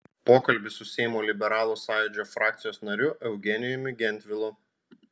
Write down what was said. pokalbis su seimo liberalų sąjūdžio frakcijos nariu eugenijumi gentvilu